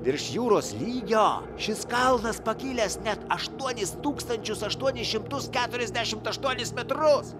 virš jūros lygio šis kalnas pakilęs net aštuonis tūkstančius aštuonis šimtus keturiasdešimt aštuonis metrus